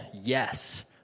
Yes